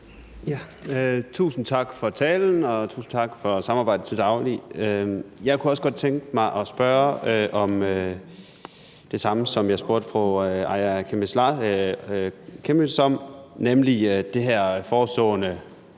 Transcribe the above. tusind tak for samarbejdet til daglig. Jeg kunne godt tænke mig at spørge om det samme, som jeg spurgte fru Aaja Chemnitz Larsen om, nemlig om det, der